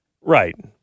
Right